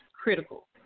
critical